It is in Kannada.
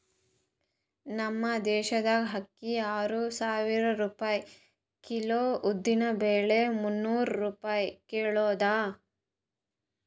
ನಮ್ ದೇಶದಾಗ್ ಅಕ್ಕಿ ಆರು ಸಾವಿರ ರೂಪಾಯಿ ಕಿಲೋ, ಉದ್ದಿನ ಬ್ಯಾಳಿ ಮುನ್ನೂರ್ ರೂಪಾಯಿ ಕಿಲೋ ಅದಾ